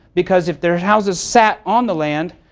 because if their houses sat on the land,